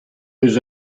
his